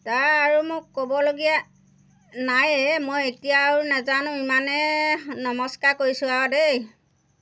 তাৰ আৰু মোক ক'বলগীয়া নায়েই মই এতিয়া আৰু নাজানো ইমানে নমস্কাৰ কৰিছোঁ আৰু দেই